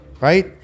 right